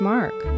Mark